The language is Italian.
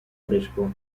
fresco